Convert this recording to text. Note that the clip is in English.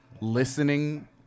listening